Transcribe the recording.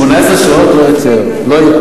18 שעות, זה ספין.